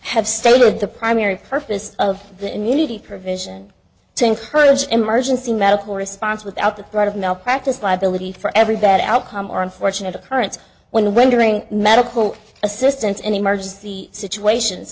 stated the primary purpose of the immunity provision to encourage emergency medical response without the threat of malpractise liability for every bad outcome or unfortunate occurrence when rendering medical assistance and emergency situations